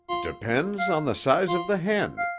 depends on the size of the hen.